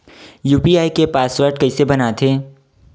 UPI के password कइसे बनाथे?